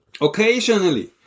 Occasionally